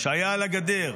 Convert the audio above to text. שהיה על הגדר,